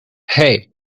hey